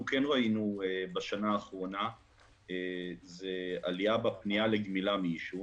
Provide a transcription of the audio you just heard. בשנה האחרונה ראינו עלייה בפנייה לגמילה מעישון,